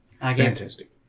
Fantastic